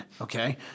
okay